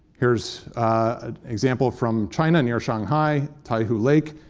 here's example from china near shanghai, taihu lake,